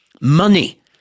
money